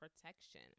protection